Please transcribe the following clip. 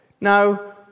Now